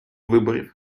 виборів